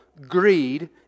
greed